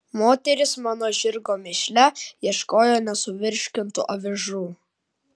moterys mano žirgo mėšle ieškojo nesuvirškintų avižų